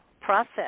process